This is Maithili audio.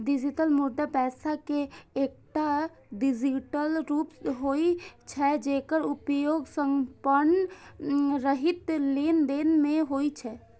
डिजिटल मुद्रा पैसा के एकटा डिजिटल रूप होइ छै, जेकर उपयोग संपर्क रहित लेनदेन मे होइ छै